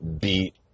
beat